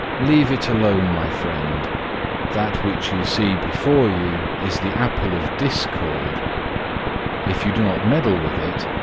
leave it alone, my friend that which you see before you is the apple of discord if you do not meddle with it,